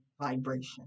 vibration